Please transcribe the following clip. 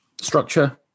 structure